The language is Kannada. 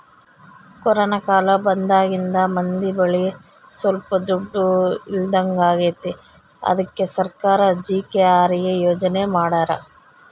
ಕೊರೋನ ಕಾಲ ಬಂದಾಗಿಂದ ಮಂದಿ ಬಳಿ ಸೊಲ್ಪ ದುಡ್ಡು ಇಲ್ದಂಗಾಗೈತಿ ಅದ್ಕೆ ಸರ್ಕಾರ ಜಿ.ಕೆ.ಆರ್.ಎ ಯೋಜನೆ ಮಾಡಾರ